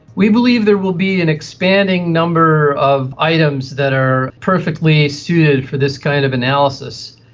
we believe there will be an expanding number of items that are perfectly suited for this kind of analysis,